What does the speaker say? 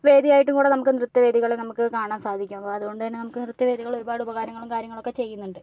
വേദിയായിട്ട് കൂടെ നമുക്ക് നൃത്ത വേദികളെ നമുക്ക് കാണാൻ സാധിക്കും അതുകൊണ്ട് തന്നെ നമുക്ക് നൃത്ത വേദികള് ഒരുപാട് ഉപകാരങ്ങളും കാര്യങ്ങളൊക്കെ ചെയ്യുന്നുണ്ട്